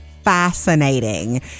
Fascinating